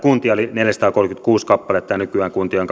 kuntia oli neljäsataakolmekymmentäkuusi kappaletta ja nykyään kuntia on